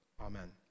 amen